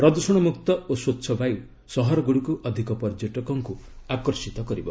ପ୍ରଦୂଷଣ ମୁକ୍ତ ଓ ସ୍ୱଚ୍ଛ ବାୟୁ ସହରଗୁଡ଼ିକୁ ଅଧିକ ପର୍ଯ୍ୟଟକଙ୍କୁ ଆକର୍ଷିତ କରିବ